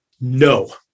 No